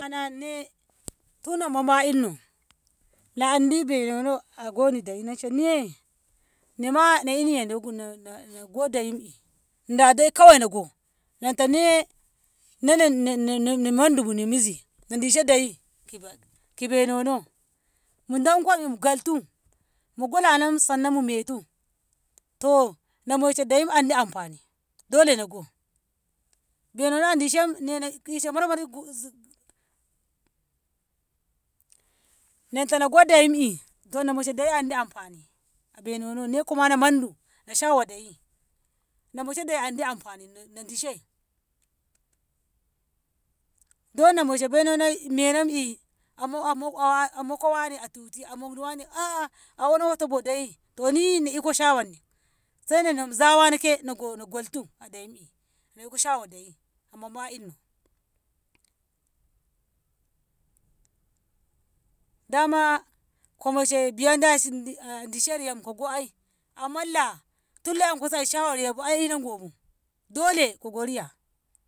Ana ne tun in na andi bei nono tama goni de'i nace ne, nema na e'niya na- na- go de'im'i ndadai kawai nago nanta ne na- na- na mandubu ne mizi nadishe de'i ki bad- ki bei nono in danko ngaltu mugolanom sannan mu metu to namoishe e'i andi amfani dole nago bei nono a dishe na e' marmarinku na inta nago de'im'i to namoise de'i andin amfani a bei nono nai kumano mandu na sha'awa de'i na moishe dayi andi amfani na dishe daino moishe bei nono menom'e mako- mako wane a tuti a moka wane woto bo de'i toni iko sha'awanni saina nam zawano kena gulto a de'immi in iko sha'awa dayi mama'inno dama ko moishe biya dishe riya kogo ai amma la tin le'enkosi a sha'awa yabu ai a ina gobu dole kogo riya.